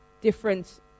Different